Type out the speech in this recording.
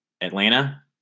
Atlanta